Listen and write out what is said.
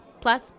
Plus